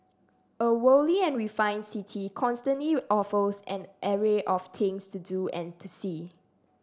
a worldly and refined city constantly offers an array of things to do and to see